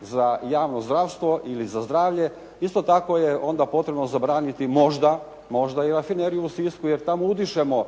za javno zdravstvo ili za zdravlje isto tako je onda potrebno zabraniti možda i rafineriju u Sisku, jer tamo udišemo